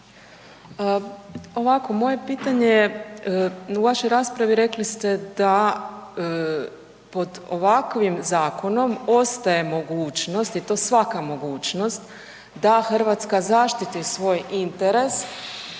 Ovako moje pitanje u vašoj raspravi rekli ste da pod ovakvim zakonom ostaje mogućnost i to svaka mogućnost da Hrvatska zaštiti svoj interes